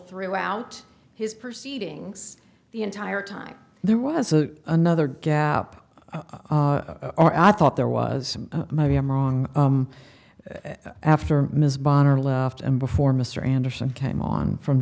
throughout his proceedings the entire time there was another gap or i thought there was maybe i'm wrong after ms bond or left and before mr anderson came on from